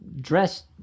dressed